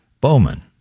Bowman